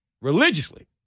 religiously